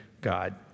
God